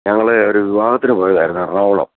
ഞങ്ങൾ ഒരു വിവാഹത്തിന് പോയതായിരുന്നു എറണാകുളം